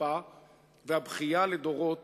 החרפה והבכייה לדורות